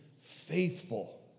faithful